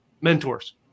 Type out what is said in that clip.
mentors